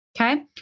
Okay